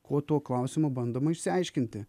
kuo tuo klausimu bandoma išsiaiškinti